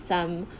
some